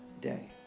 day